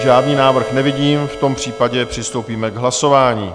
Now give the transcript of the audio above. Žádný návrh nevidím v tom případě přistoupíme k hlasování.